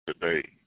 today